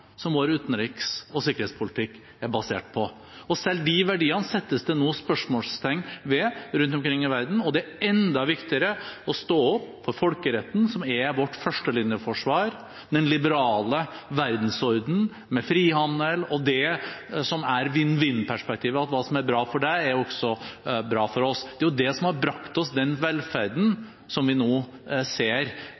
som vår utenriks- og sikkerhetspolitikk er basert på. Selv de verdiene settes det nå spørsmålstegn ved rundt omkring i verden, og det er enda viktigere å stå opp for folkeretten, som er vårt førstelinjeforsvar, og den liberale verdensordenen, med frihandel og det som er vinn-vinn-perspektivet: at det som er bra for andre, også er bra for oss. Det er det som har brakt oss den velferden